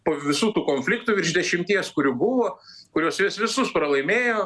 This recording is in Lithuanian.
po visų tų konfliktų virš dešimties kurių buvo kuriuos juos visus pralaimėjo